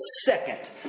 second